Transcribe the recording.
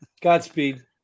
godspeed